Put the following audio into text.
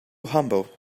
humble